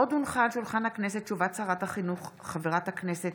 הודעת שרת החינוך חברת הכנסת